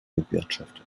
bewirtschaftet